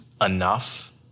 enough